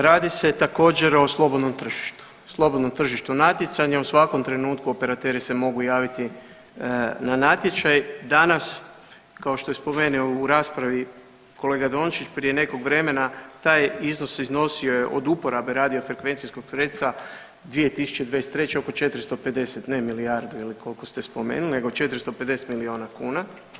Radi se također, o slobodnom tržištu, slobodnom tržištu natjecanja, u svakom trenutku operateri se mogu javiti na natječaj, danas kao što je spomenuo u raspravi kolega Dončić prije nekog vremena taj iznos iznosio je od uporabe radiofrekvencijskog sredstva 2023. oko 450, ne milijardi ili koliko ste spomenuli nego 450 milijuna kuna.